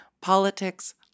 politics